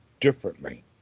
differently